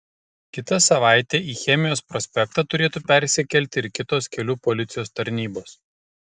kitą savaitę į chemijos prospektą turėtų persikelti ir kitos kelių policijos tarnybos